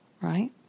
right